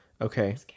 okay